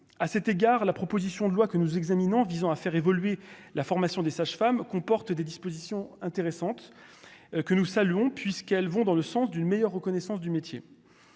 à cet égard la proposition de loi que nous examinons visant à faire évoluer la formation des sages-femmes comporte des dispositions intéressantes que nous saluons, puisqu'elles vont dans le sens d'une meilleure reconnaissance du métier,